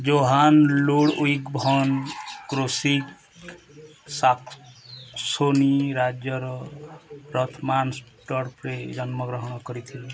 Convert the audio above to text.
Johan Ludwig von Krosigk Saxony ରାଜ୍ୟର ରଥମାନ୍ସଡ଼ର୍ଫରେ ଜନ୍ମଗ୍ରହଣ କରିଥିଲେ